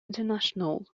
international